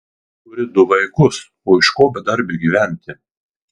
turi du vaikus o iš ko bedarbiui gyventi